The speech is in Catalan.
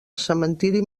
cementiri